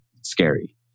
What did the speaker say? scary